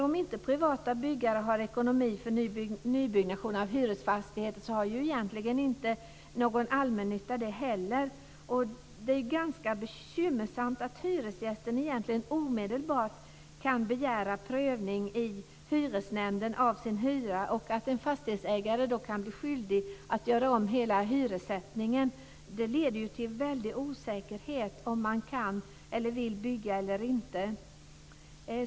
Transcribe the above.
Om inte privata byggare har ekonomi för nybyggnation av hyresfastigheter, har ju egentligen inte heller någon allmännytta det. Det är ganska bekymmersamt att hyresgästen egentligen omedelbart kan begära prövning av sin hyra i hyresnämnden och att en fastighetsägare då kan bli skyldig att göra om hela hyressättningen. Det leder ju till en väldig osäkerhet om man kan eller vill bygga eller inte.